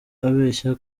abeshya